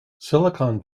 silicon